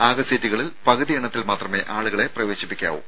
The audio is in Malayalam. ആകെ സീറ്റുകളിൽ പകുതി എണ്ണത്തിൽ മാത്രമേ ആളുകളെ പ്രവേശിപ്പിക്കാവൂ